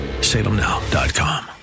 salemnow.com